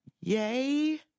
yay